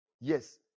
Yes